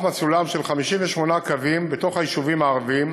מסלולם של 58 קווים בתוך היישובים הערביים,